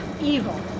evil